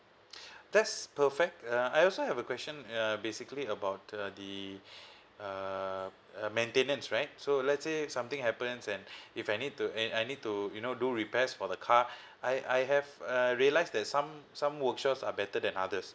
that's perfect uh I also have a question uh basically about uh the uh uh maintenance right so let's say something happens and if I need to I I need to you know do repairs for the car I I have uh realise that some some workshops are better than others